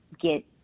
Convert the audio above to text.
get